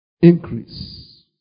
Increase